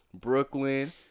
Brooklyn